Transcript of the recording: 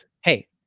hey